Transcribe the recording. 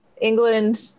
England